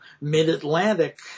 mid-Atlantic